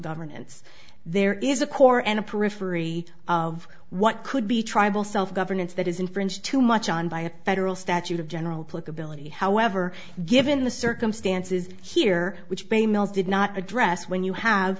governance there is a core and a periphery of what could be tribal self governance that is infringe too much on by a federal statute of general public ability however given the circumstances here which bay mails did not address when you have